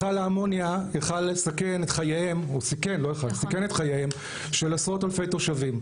מיכל האמונייה סיכן את חייהם של עשרות אלפי תושבים,